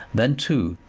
then, too,